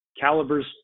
caliber's